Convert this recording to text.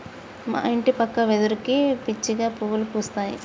మా ఇంటి పక్క వెదురుకి పిచ్చిగా పువ్వులు పూస్తాయి